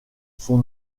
sont